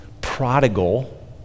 prodigal